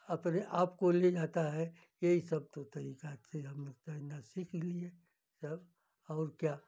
अपने आप को ले जाता है यही सब तो तरीक़े थे हम लोग तैरना सीख लिए तब और क्या